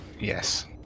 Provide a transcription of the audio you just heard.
Yes